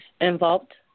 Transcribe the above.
involved